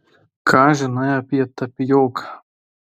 ką žinai apie tapijoką